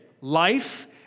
life